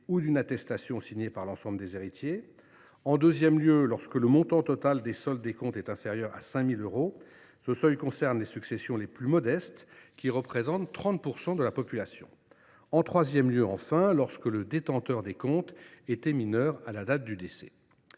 ou d’une attestation signée par l’ensemble des héritiers ; en deuxième lieu, lorsque le montant total des soldes des comptes est inférieur au seuil de 5 000 euros, qui concerne les successions les plus modestes et 30 % de la population ; en troisième lieu, enfin, lorsque le détenteur des comptes était mineur à la date du décès.